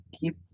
Keep